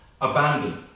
abandon